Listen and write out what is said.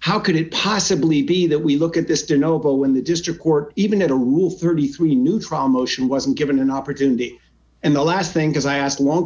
how could it possibly be that we look at this to know about when the district court even in a rule thirty three new trial motion wasn't given an opportunity and the last thing is i asked long